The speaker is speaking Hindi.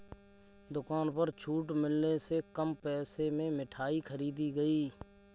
दुकान पर छूट मिलने से कम पैसे में मिठाई खरीदी गई